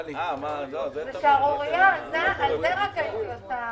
בשעה 18:06 הצבעה על הרביזיה.